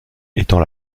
étant